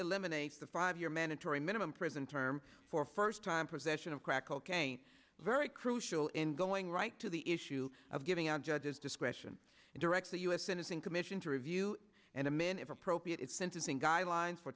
eliminates the five year mandatory minimum prison term for first time possession of crack cocaine very crucial in going right to the issue of giving out a judge's discretion and directs the u s sentencing commission to review and a man if appropriate sentencing guidelines for